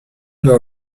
dans